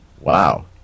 Wow